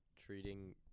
treating